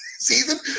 season